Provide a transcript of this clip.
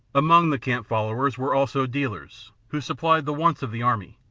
among the camp-followers were also dealers, who supplied the wants of the army,